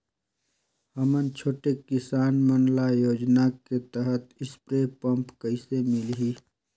हमन छोटे किसान मन ल योजना के तहत स्प्रे पम्प कइसे मिलही?